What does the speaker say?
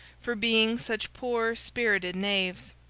for being such poor-spirited knaves.